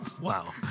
Wow